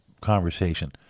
conversation